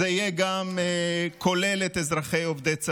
זה יכלול גם אזרחים עובדי הצבא.